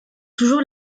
toujours